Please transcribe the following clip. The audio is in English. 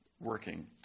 working